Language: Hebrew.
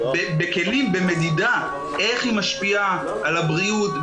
במדידה איך היא משפיעה על הבריאות,